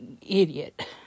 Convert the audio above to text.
idiot